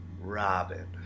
Robin